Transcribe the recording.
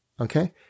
okay